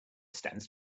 stands